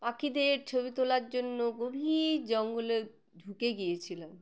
পাখিদের ছবি তোলার জন্য গভীর জঙ্গলে ঢুকে গিয়েছিলাম